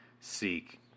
seek